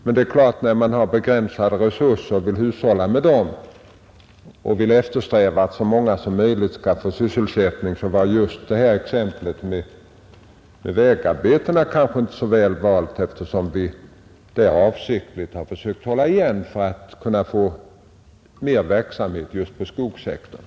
Men när man vill hushålla med de begränsade resurserna och eftersträvar att så många som möjligt skall få sysselsättning, var kanske just exemplet med vägarbetena inte särskilt väl valt, eftersom vi där avsiktligt har försökt hålla igen för att få en större verksamhet i skogssektorn.